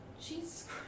Jesus